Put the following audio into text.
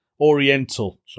Oriental